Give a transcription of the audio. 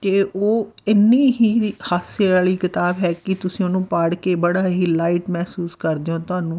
ਕਿ ਉਹ ਇੰਨੀ ਹੀ ਹਾਸੇ ਵਾਲੀ ਕਿਤਾਬ ਹੈ ਕਿ ਤੁਸੀਂ ਉਹਨੂੰ ਪੜ੍ਹ ਕੇ ਬੜਾ ਹੀ ਲਾਈਟ ਮਹਿਸੂਸ ਕਰਦੇ ਹੋ ਤੁਹਾਨੂੰ